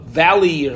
valley